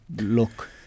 look